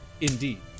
Indeed